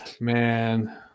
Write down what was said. Man